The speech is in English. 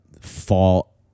fall